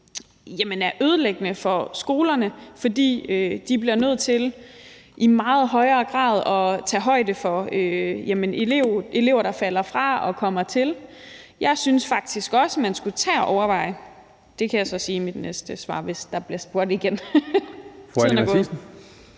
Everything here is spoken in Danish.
er ødelæggende for skolerne, fordi de i meget højere grad bliver nødt til at tage højde for elever, der falder fra og kommer til. Jeg synes faktisk også, man skulle tage og overveje ... Det kan jeg så sige i mit næste svar, hvis der bliver spurgt igen,